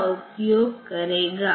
इसलिए हमें सही मूल्य नहीं मिलेगा